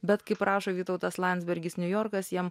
bet kaip rašo vytautas landsbergis niujorkas jiem